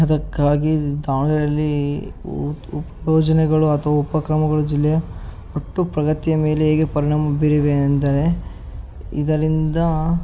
ಅದಕ್ಕಾಗಿ ದಾವಣಗೆರೆಯಲ್ಲಿ ಉಪಯೋಜನೆಗಳು ಅಥವಾ ಉಪಕ್ರಮಗಳು ಜಿಲ್ಲೆಯ ಒಟ್ಟು ಪ್ರಗತಿಯ ಮೇಲೆ ಹೇಗೆ ಪರಿಣಾಮ ಬೀರಿದೆ ಅಂದರೆ ಇದರಿಂದ